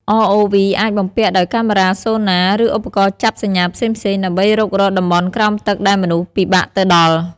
ROV អាចបំពាក់ដោយកាមេរ៉ា Sonar ឬឧបករណ៍ចាប់សញ្ញាផ្សេងៗ ដើម្បីរុករកតំបន់ក្រោមទឹកដែលមនុស្សពិបាកទៅដល់។